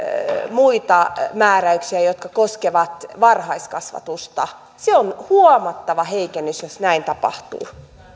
muita määräyksiä jotka koskevat varhaiskasvatusta se on huomattava heikennys jos näin tapahtuu